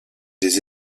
des